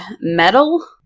metal